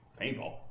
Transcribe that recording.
paintball